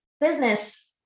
business